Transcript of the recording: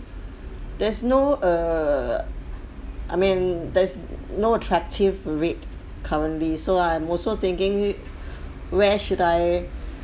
there's no err I mean there's no attractive rate currently so I'm also thinking where should I